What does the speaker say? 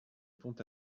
pont